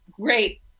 great